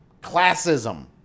classism